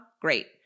Great